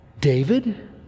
David